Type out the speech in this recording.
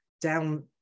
down